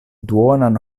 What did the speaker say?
duonan